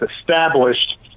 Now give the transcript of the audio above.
established